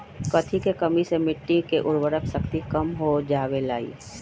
कथी के कमी से मिट्टी के उर्वरक शक्ति कम हो जावेलाई?